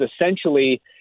essentially